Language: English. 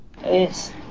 Yes